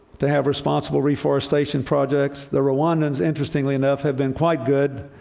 to have responsible reforestation projects, the rwandans, interestingly enough, have been quite good,